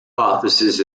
offices